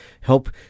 help